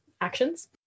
actions